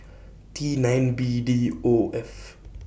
T nine B D O F